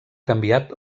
canviat